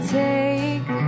take